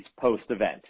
post-event